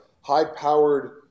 high-powered